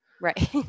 right